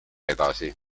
edasi